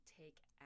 take